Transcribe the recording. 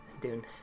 dune